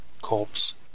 corpse